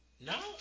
no